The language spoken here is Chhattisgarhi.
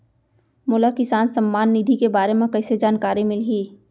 मोला किसान सम्मान निधि के बारे म कइसे जानकारी मिलही?